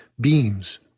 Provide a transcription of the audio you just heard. beams